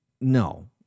no